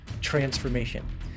Transformation